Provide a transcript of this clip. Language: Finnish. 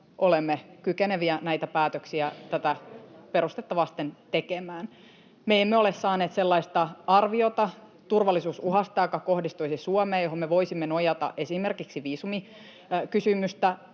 olemme kykeneviä näitä päätöksiä tekemään tätä perustetta vasten. Me emme ole saaneet sellaista arviota turvallisuusuhasta, joka kohdistuisi Suomeen ja johon me voisimme nojata esimerkiksi viisumikysymystä